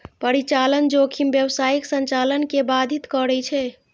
परिचालन जोखिम व्यावसायिक संचालन कें बाधित करै छै